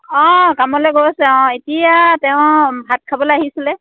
অঁ কামলৈ গৈ আছে অঁ এতিয়া তেওঁ ভাত খাবলৈ আহিছিলে